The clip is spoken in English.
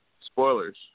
spoilers